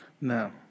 no